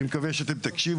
אני מקווה שתקשיבו,